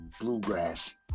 bluegrass